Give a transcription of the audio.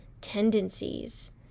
tendencies